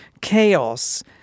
chaos